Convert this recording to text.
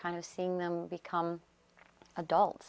kind of seeing them become adults